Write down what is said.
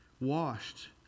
washed